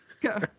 Go